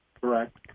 Correct